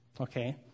Okay